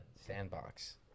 sandbox